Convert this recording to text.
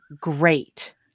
great